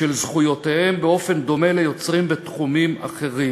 של זכויותיהם באופן דומה ליוצרים בתחומים אחרים.